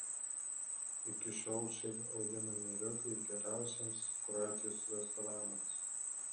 iki šiol čia auginami ėriukai geriausiems kroatijos restoranams